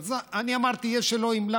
אז אני אמרתי: יש אלוהים.